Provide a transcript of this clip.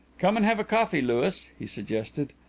come and have a coffee, louis, he suggested.